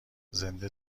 زنده